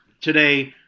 Today